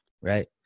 right